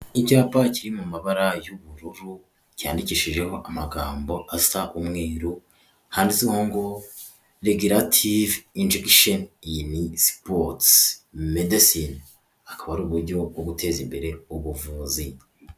Icyapa kiri mu mabara y'ubururu, cyandikishijeho amagambo asa umweru, handitseho ngo "Regirative injegisheni ini sipotsi medesine." Akaba ari uburyo bwo guteza imbere ubuvuzi.